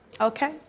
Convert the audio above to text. Okay